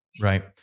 Right